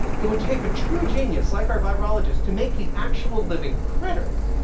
it would take a true genius like our virologist to make the actual living critter,